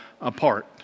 apart